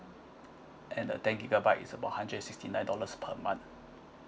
and the ten gigabytes about hundred sixty nine dollars per month